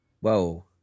Whoa